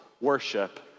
worship